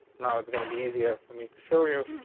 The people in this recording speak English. now, it's gonna be easier for me to show you,